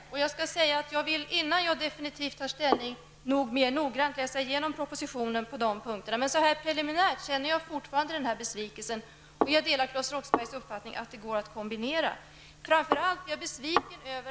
Innan jag definitivt tar ställning i denna fråga vill jag mer noggrannt läsa igenom propositionen på de punkterna, men så här preliminärt känner jag fortfarande denna besvikelse, och jag delar Claes Roxberghs uppfattning att det går att kombinera dessa åtgärder. Framför allt är jag besviken över .